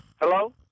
Hello